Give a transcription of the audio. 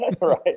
Right